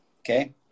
okay